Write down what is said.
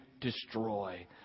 destroy